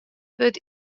wurdt